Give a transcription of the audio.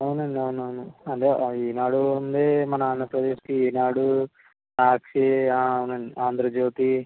అవునండి అవునవును అదే ఈనాడు ఉంది మన ఆంధ్రప్రదేశ్కి ఈనాడు సాక్షి ఆనంద్ ఆంధ్రజ్యోతి